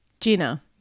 Gina